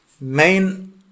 main